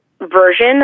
version